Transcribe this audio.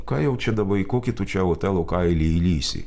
ką jau čia daba į kokį tu čia otelo kailį įlįsi